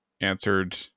answered